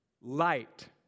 light